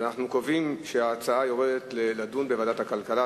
אנחנו קובעים שההצעות עוברות לדיון בוועדת הכלכלה.